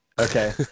okay